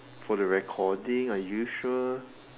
for the recording are you sure